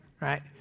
right